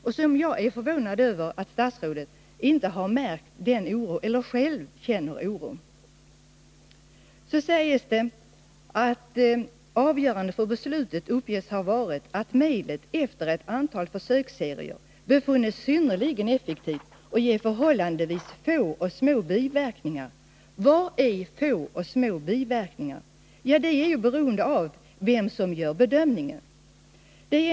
Och jag är förvånad över att statsrådet inte har märkt denna oro eller själv känner oro. Avgörande för beslutet uppges ha varit att medlet efter ett antal försöksserier befunnits synnerligen effektivt och ge förhållandevis få och små biverkningar. Vad menas med ”få och små biverkningar”? Ja, det är beroende av vem som gör bedömningen.